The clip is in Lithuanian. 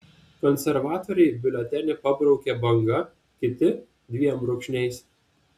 konservatoriai biuletenį pabraukia banga kiti dviem brūkšniais